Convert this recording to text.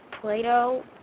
Play-Doh